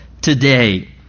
today